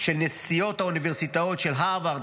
של נשיאות האוניברסיטאות של הרווארד,